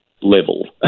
Level